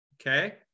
Okay